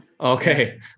Okay